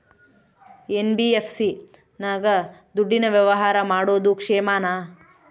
NBFC ನಾಗ ದುಡ್ಡಿನ ವ್ಯವಹಾರ ಮಾಡೋದು ಕ್ಷೇಮಾನ?